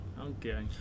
okay